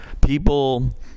people